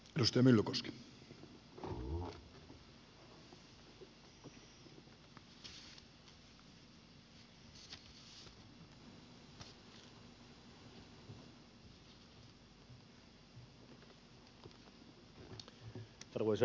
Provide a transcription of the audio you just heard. arvoisa herra puhemies